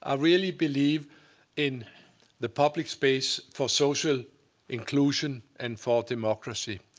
ah really believe in the public space for social inclusion and for democracy,